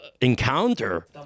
encounter